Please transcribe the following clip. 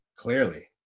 Clearly